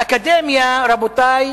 באקדמיה, רבותי,